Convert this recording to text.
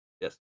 Yes